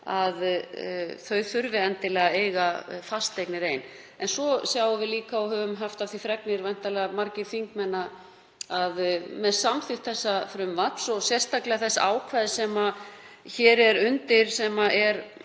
að þau þurfi í öllum tilfellum að eiga fasteignir ein. En svo sjáum við líka og höfum haft af því fregnir, væntanlega margir þingmenn, að með samþykkt þessa frumvarps og sérstaklega þess ákvæðis sem hér er undir, sem er